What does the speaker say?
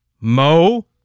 Mo